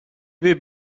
bir